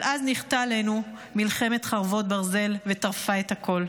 אבל אז ניחתה עלינו מלחמת חרבות ברזל וטרפה את הכול.